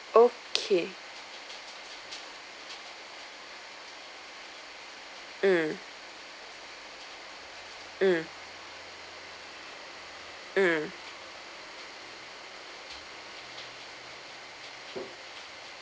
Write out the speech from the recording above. okay mm mm mm